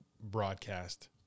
broadcast